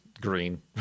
green